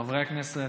חברי הכנסת,